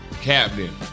Captain